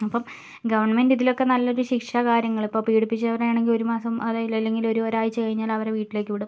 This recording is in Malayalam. അപ്പം ഗവൺമെൻറ് ഇതിലൊക്കെ നല്ലൊരു ശിക്ഷ കാര്യങ്ങള് ഇപ്പം പീഡിപ്പിച്ചവനെ ആണെങ്കിൽ ഒരു മാസം അതോ ഇല്ലെങ്കിൽ ഒര് ഒരാഴ്ച കഴിഞ്ഞാല് അവരെ വീട്ടിലേക്ക് വിടും